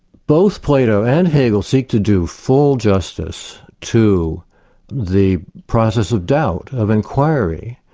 both plato and hegel seek to do full justice to the process of doubt, of inquiry.